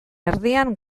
erdian